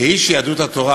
כאיש יהדות התורה